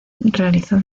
realizó